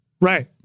right